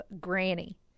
granny